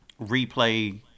replay